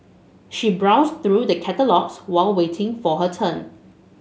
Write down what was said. she browsed through the catalogues while waiting for her turn